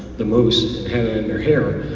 the moose, kind of and her hair,